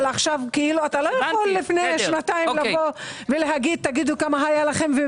אבל עכשיו אתה לא יכול לפני שנתיים לבוא ולהגיד: תגידו כמה היה לכם,